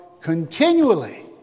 continually